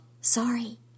Sorry